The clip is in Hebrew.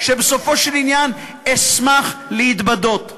שבסופו של עניין אשמח להתבדות.